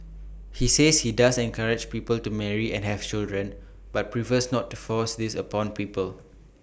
he says he does encourage people to marry and have children but prefers not to force this upon people